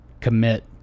commit